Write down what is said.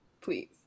Please